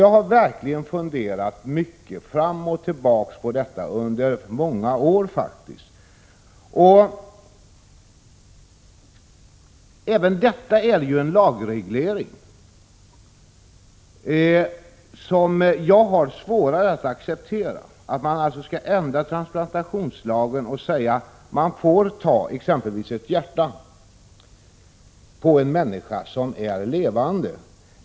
Jag har verkligen funderat mycket fram och tillbaka över detta under många år. Även här rör det sig om en lagreglering, som jag dock har svårare att acceptera. Vi skulle alltså ändra transplantationslagen och säga att man får ta exempelvis ett hjärta från en människa som är levande.